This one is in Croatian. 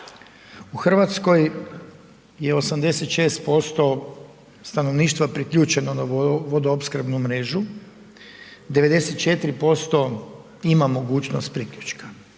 U Hrvatskoj je 86% stanovništva priključeno na vodoopskrbnu mrežu, 94% ima mogućnost priključka.